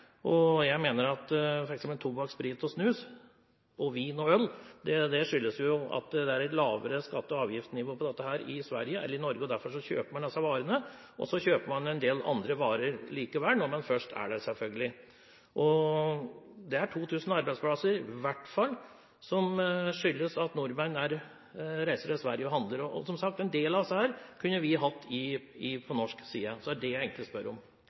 og øl skyldes at det er et lavere skatte- og avgiftsnivå på dette i Sverige enn i Norge. Derfor kjøper man disse varene, og så kjøper man selvfølgelig en del andre varer når man først er der. Det er i hvert fall 2 000 arbeidsplasser som skyldes at nordmenn reiser til Sverige og handler. Som sagt, en del av disse kunne vi ha hatt på norsk side. Så det er det jeg egentlig spør om.